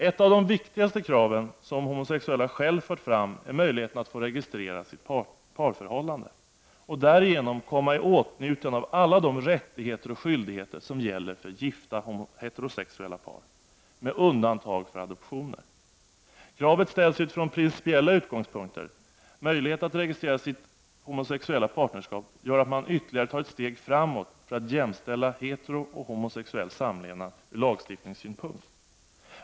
Ett av de viktigaste kraven som homosexuella själva fört fram är möjligheten att få registrera sitt parförhållande och därigenom komma i åtnjutande av alla de rättigheter och skyldigheter som gäller för gifta heterosexuella par, med undantag för adoptioner. Kravet ställs utifrån principiella utgångspunkter — möjlighet att registrera sitt homosexuella partnerskap gör att man ytterligare tar ett steg framåt för att jämställa heterooch homosexuell samlevnad ur lagstiftningssynpunkt.